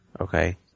Okay